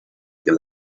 que